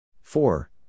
four